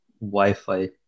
wi-fi